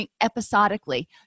episodically